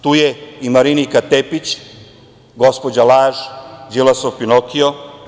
Tu je i Marinika Tepić, gospođa laž, Đilasov Pinokio.